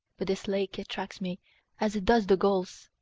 but this lake attracts me as it does the gulls.